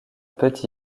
peut